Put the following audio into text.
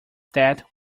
that